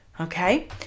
okay